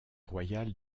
royale